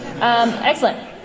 Excellent